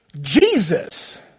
Jesus